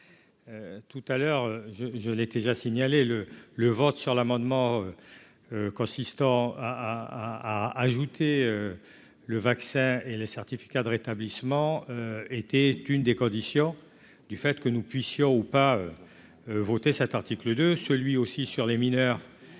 Tout à l'heure, je, je l'ai déjà signalé le le vote sur l'amendement consistant à ajouter le vaccin et le certificat de rétablissement était une des conditions du fait que nous puissions ou pas voter cet article 2, celui aussi sur les mineurs